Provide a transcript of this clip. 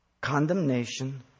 condemnation